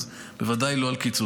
אז בוודאי לא על קיצוץ.